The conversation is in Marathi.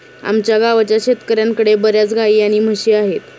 आमच्या गावाच्या शेतकऱ्यांकडे बर्याच गाई आणि म्हशी आहेत